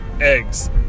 eggs